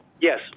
yes